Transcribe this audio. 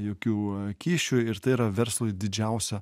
jokių kyšių ir tai yra verslui didžiausia